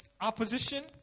opposition